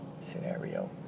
scenario